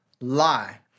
lie